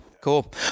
cool